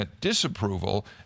disapproval